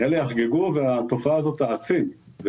יחגגו והתופעה הזו תעצים.